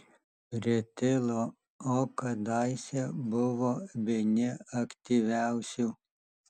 pritilo o kadaise buvo vieni aktyviausių